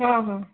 ହଁ ହଁ